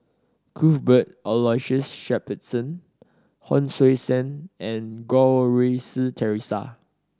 Cuthbert Aloysius Shepherdson Hon Sui Sen and Goh Rui Si Theresa